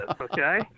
okay